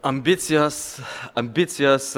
ambicijos ambicijos